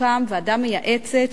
תוקם ועדה מייעצת,